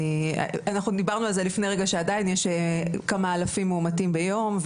אנחנו דיברנו על זה לפני רגע שעדיין יש כמה אלפים מאומתים ביום,